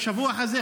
בשבוע הזה,